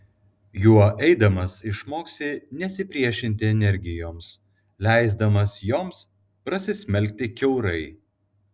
juo eidamas išmoksi nesipriešinti energijoms leisdamas joms prasismelkti kiaurai